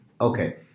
Okay